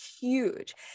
huge